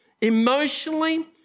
emotionally